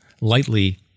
lightly